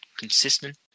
Consistent